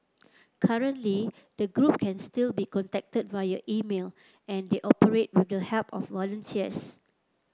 currently the group can still be contacted via email and they operate with the help of volunteers